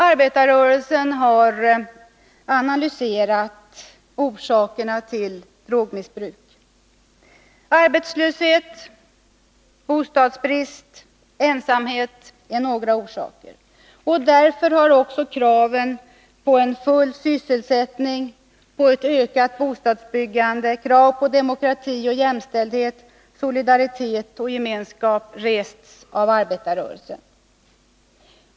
Arbetarrörelsen har analyserat orsakerna till drogmissbruk. Arbetslöshet, bostadsbrist och ensamhet är några orsaker. Därför har också kraven på full sysselsättning och ett ökat bostadsbyggande, kraven på demokrati och jämställdhet, på solidaritet och gemenskap rests av arbetarrörelsen.